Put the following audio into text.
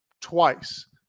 twice